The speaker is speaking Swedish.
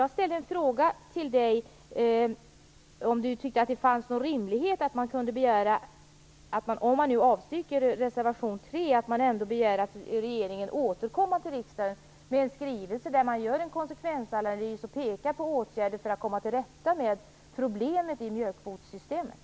Jag ställde en fråga till Leif Marklund om han tyckte att det fanns någon rimlighet i att man om man avstyrker reservation 3 ändå begär att regeringen återkommer till riksdagen med en skrivning där det görs en konsekvensanalys och man pekar på åtgärder för att komma till rätta med problemet i mjölkkvotssystemet.